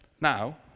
Now